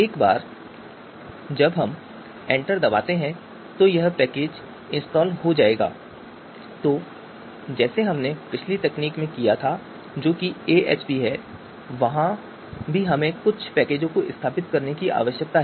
एक बार जब हम एंटर दबाते हैं तो यह पैकेज इंस्टॉल हो जाएगा तो जैसे हमने पिछली तकनीक में किया था जो कि AHP है यहाँ भी हमें कुछ पैकेजों को स्थापित करने की आवश्यकता है